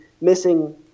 missing